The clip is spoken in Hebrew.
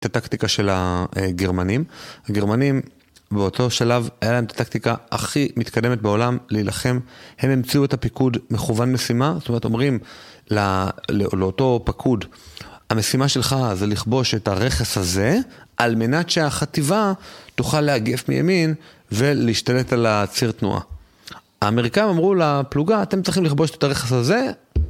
את הטקטיקה של הגרמנים. הגרמנים, באותו שלב, היה להם את הטקטיקה הכי מתקדמת בעולם להילחם. הם המציאו את הפיקוד מכוון משימה, זאת אומרת, אומרים לאותו פקוד, המשימה שלך זה לכבוש את הרכס הזה, על מנת שהחטיבה תוכל לאגף מימין ולהשתלט על הציר תנועה. האמריקאים אמרו לפלוגה, אתם צריכים לכבוש את הרכס הזה